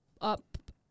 up